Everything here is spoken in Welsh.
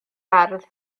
ardd